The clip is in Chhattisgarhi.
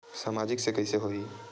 सामाजिक से कइसे होही?